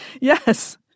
Yes